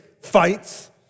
fights